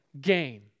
gain